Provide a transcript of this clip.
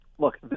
Look